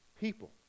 People